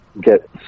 get